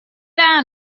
down